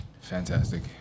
fantastic